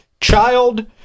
child